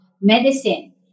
Medicine